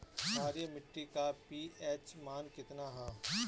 क्षारीय मीट्टी का पी.एच मान कितना ह?